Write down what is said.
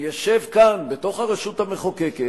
ישב כאן, בתוך הרשות המחוקקת,